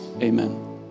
amen